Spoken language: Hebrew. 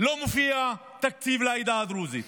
לא מופיע תקציב לעדה הדרוזית?